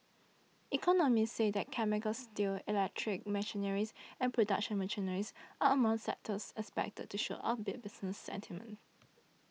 economists say that chemicals steel electric machinery and production machinery are among sectors expected to show upbeat business sentiment